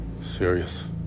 Serious